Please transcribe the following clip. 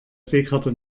seekarte